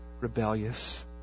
rebellious